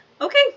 okay